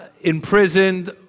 imprisoned